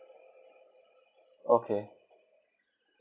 okay